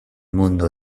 mundo